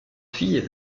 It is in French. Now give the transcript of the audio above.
fille